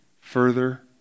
further